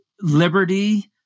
liberty